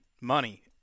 money